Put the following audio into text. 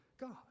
God